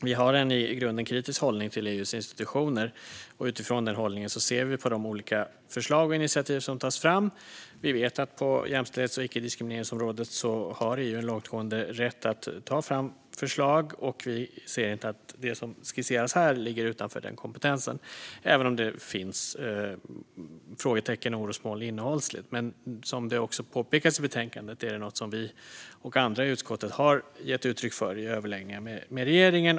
Vi har en i grunden kritisk hållning till EU:s institutioner. Utifrån den hållningen har vi olika syn på de förslag och initiativ som tas fram. Vi vet att på jämställdhets och icke-diskrimineringsområdet har EU en långtgående rätt att ta fram förslag, och vi ser inte att det som skisseras här ligger utanför den kompetensen, även om det finns frågetecken och orosmoln innehållsligt. Men som också påpekas i betänkandet är det något som vi och andra i utskottet har gett uttryck för i överläggningar med regeringen.